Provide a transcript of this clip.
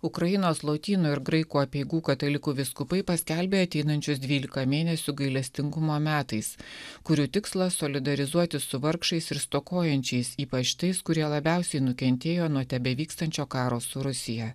ukrainos lotynų ir graikų apeigų katalikų vyskupai paskelbė ateinančius dvylika mėnesių gailestingumo metais kurių tikslas solidarizuotis su vargšais ir stokojančiais ypač tais kurie labiausiai nukentėjo nuo tebevykstančio karo su rusija